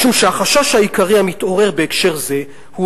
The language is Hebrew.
משום ש"החשש העיקרי המתעורר בהקשר זה הוא